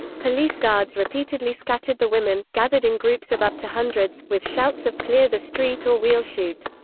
police guards repeatedly scattered the women, gathered in groups of up to hundreds, with shouts of clear the street or we'll shoot.